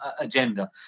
agenda